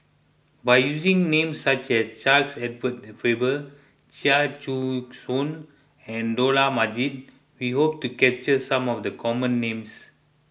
by using names such as Charles Edward Faber Chia Choo Suan and Dollah Majid we hope to capture some of the common names